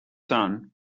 son